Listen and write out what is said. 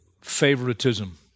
favoritism